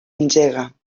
engega